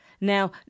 now